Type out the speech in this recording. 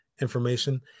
information